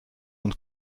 und